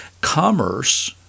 commerce